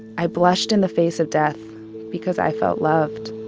i blushed in the face of death because i felt loved.